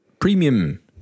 premium